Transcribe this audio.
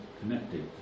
connected